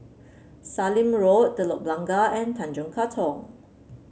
Sallim Road Telok Blangah and Tanjong Katong